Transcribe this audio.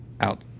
out